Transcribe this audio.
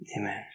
amen